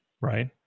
right